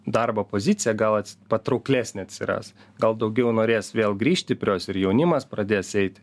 darbo pozicija gal patrauklesnė atsiras gal daugiau norės vėl grįžti prie jos ir jaunimas pradės eiti